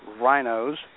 rhinos